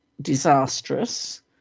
disastrous